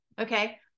Okay